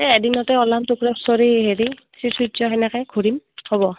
এ এদিনতে ওলাম হেৰি শ্ৰীচূৰ্য তেনেকৈ ঘূৰিম হ'ব